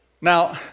Now